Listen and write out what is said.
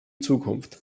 zukunft